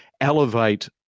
elevate